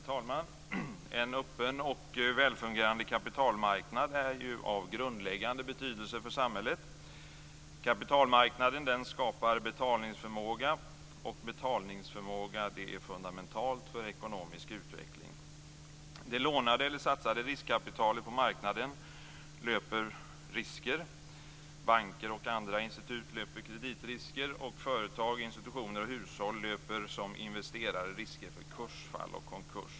Herr talman! En öppen och välfungerande kapitalmarknad är av grundläggande betydelse för samhället. Kapitalmarknaden skapar betalningsförmåga, och betalningsförmåga är fundamentalt för ekonomisk utveckling. Det lånade eller satsade riskkapitalet på marknaden är förenat med risker. Banker och andra institut löper kreditrisker, och företag, institutioner och hushåll löper som investerare risker för kursfall och konkurs.